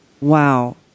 Wow